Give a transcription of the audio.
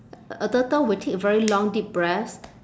a turtle will take very long deep breaths